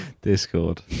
discord